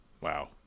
wow